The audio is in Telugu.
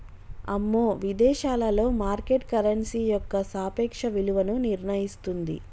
అమ్మో విదేశాలలో మార్కెట్ కరెన్సీ యొక్క సాపేక్ష విలువను నిర్ణయిస్తుంది